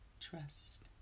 Trust